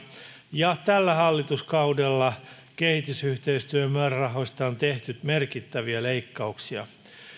ja tällä hallituskaudella kehitysyhteistyömäärärahoista on tehty merkittäviä leikkauksia